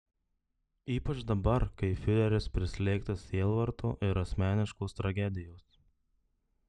ypač dabar kai fiureris prislėgtas sielvarto ir asmeniškos tragedijos